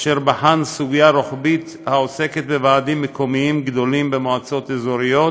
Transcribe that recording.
אשר בחן סוגיה רוחבית העוסקת בוועדים מקומיים גדולים במועצות אזוריות.